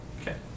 Okay